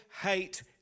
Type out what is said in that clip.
Hate